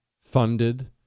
funded